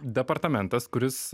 departamentas kuris